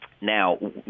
Now